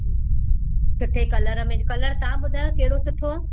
सुठे कलर में कलर तव्हां ॿुधायो कहिड़ो सुठो आहे